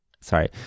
sorry